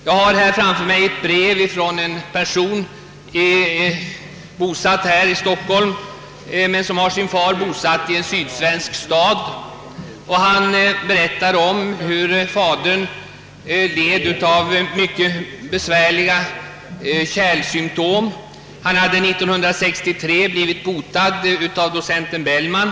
Jag har här framför mig ett brev från en person, bosatt här i Stockholm, vars far är bosatt i en sydsvensk stad. Han berättar om hur fadern led av mycket besvärliga kärlsymtom. Denne hade 1963 blivit botad av docent Bellman.